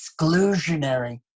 exclusionary